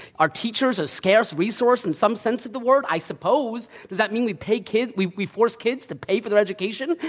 are teachers a scarce resource in some sense of the word? i suppose. does that mean we pay kids we we force kids to pay for their education,